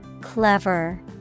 Clever